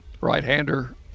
right-hander